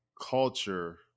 culture